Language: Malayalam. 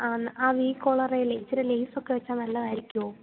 ആ വി കോളറില് ഇത്തിരി ലെയ്സോക്കെ വെച്ചാല് നല്ലതായിരിക്കുമോ